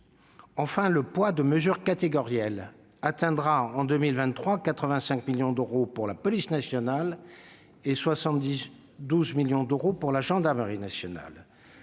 Enfin, le poids des mesures catégorielles atteindra, en 2023, 85 millions d'euros pour la police nationale et 72 millions pour la gendarmerie nationale.